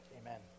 amen